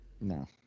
No